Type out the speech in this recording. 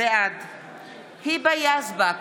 בעד היבה יזבק,